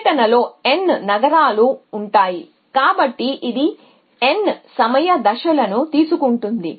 పర్యటనలో N నగరాలు ఉంటాయి కాబట్టి ఇది N సమయ దశలను తీసుకుంటుంది